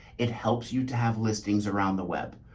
it helps you to have listings around the web.